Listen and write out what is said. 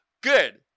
Good